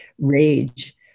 rage